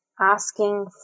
asking